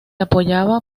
apoyaba